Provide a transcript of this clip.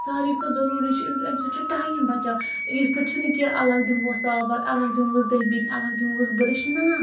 ساروٕے کھۄتہٕ ضُروٗری چھُ اَمہِ اَمہِ سۭتۍ چھُ ٹایم بَچان یِتھ پٲٹھۍ چھُنہٕ کیٚنٛہہ الگ دِمہوس صابن الگ دِمہوس دٔبِنۍ الَگ دِمہوس برٕش نَہ